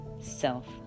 self